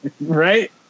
right